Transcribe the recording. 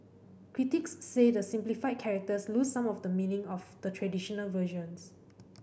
critics say the simplified characters lose some of the meaning of the traditional versions